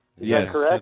Yes